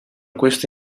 questo